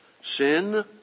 sin